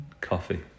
coffee